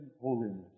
holiness